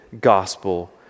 gospel